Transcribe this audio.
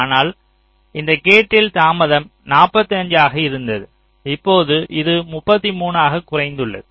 ஆனால் இந்த கேட்டில் தாமதம் 45 ஆக இருந்தது இப்போது இது 33 ஆக குறைந்துள்ளது